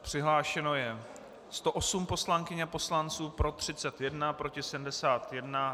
Přihlášeno je 108 poslankyň a poslanců, pro 31, proti 71.